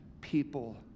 people